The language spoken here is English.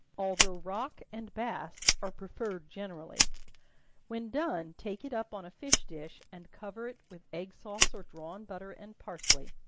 although rock and bass are preferred generally when done, take it up on a fish dish, and cover it with egg sauce or drawn butter and parsley.